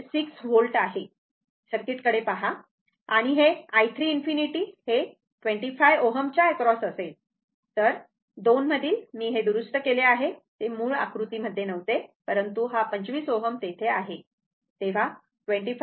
6 volt आहे सर्किटकडे पहा आणि हे i3∞ हे 25 Ωच्या अक्रॉस असेल तर 2 मधील मी हे दुरुस्त केले आहे ते मूळ आकृतीमध्ये नव्हते परंतु 25 Ω तेथे आहे